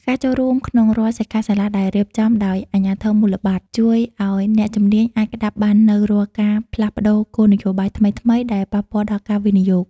ការចូលរួមក្នុងរាល់សិក្ខាសាលាដែលរៀបចំដោយអាជ្ញាធរមូលបត្រ ជួយឱ្យអ្នកជំនាញអាចក្ដាប់បាននូវរាល់ការផ្លាស់ប្តូរគោលនយោបាយថ្មីៗដែលប៉ះពាល់ដល់ការវិនិយោគ។